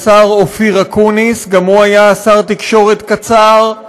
לשר אופיר אקוניס, גם הוא היה שר תקשורת קצר,